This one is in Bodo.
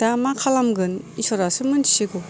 दा मा खालामगोन इशोरआसो मोन्थिसिगौ